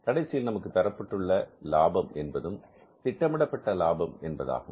கடைசியில் நமக்கு தரப்பட்டுள்ள லாபம் என்பதும் திட்டமிடப்பட்ட லாபம் என்பதாகும்